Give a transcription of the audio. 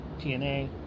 TNA